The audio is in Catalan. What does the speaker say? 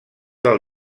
del